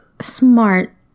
smart